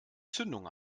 zündung